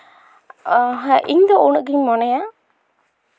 ᱤᱧᱫᱚ ᱩᱱᱟᱹᱜ ᱜᱮᱧ ᱢᱚᱱᱮᱭᱟ